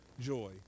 joy